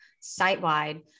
site-wide